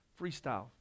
freestyle